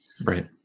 right